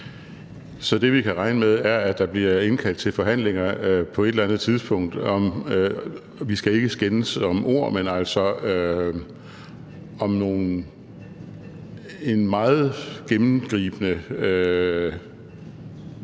er det, vi kan regne med, at der bliver indkaldt til forhandlinger på et eller andet tidspunkt om – og vi skal ikke skændes om ord, men altså – en meget gennemgribende